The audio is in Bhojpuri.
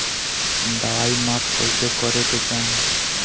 दवाई माप कैसे करेके चाही?